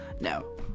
No